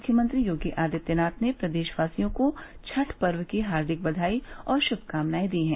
मुख्यमंत्री योगी आदित्यनाथ ने प्रदेशवासियों को छठ पर्व की हार्दिक बधाई और शुभकामनाएं दी है